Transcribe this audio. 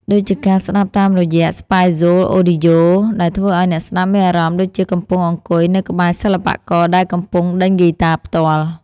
ដូចជាការស្តាប់តាមរយៈ ស្ប៉េហ្សល អូឌីយ៉ូ (Spatial Audio) ដែលធ្វើឱ្យអ្នកស្តាប់មានអារម្មណ៍ដូចជាកំពុងអង្គុយនៅក្បែរសិល្បករដែលកំពុងដេញហ្គីតាផ្ទាល់។